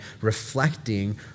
reflecting